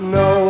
no